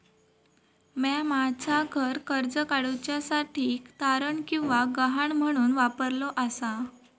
म्या माझा घर कर्ज काडुच्या साठी तारण किंवा गहाण म्हणून वापरलो आसा